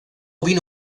vino